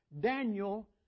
Daniel